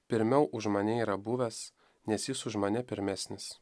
pirmiau už mane yra buvęs nes jis už mane pirmesnis